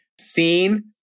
seen